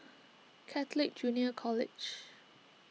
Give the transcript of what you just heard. Catholic Junior College